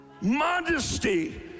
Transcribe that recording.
Modesty